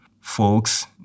folks